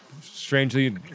strangely